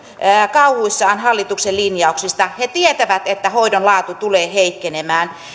kauhuissaan hallituksen linjauksista he tietävät että hoidon laatu tulee heikkenemään